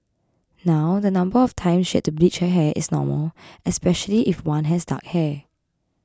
now the number of times she had to bleach her hair is normal especially if one has dark hair